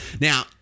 Now